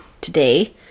today